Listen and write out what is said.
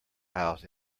house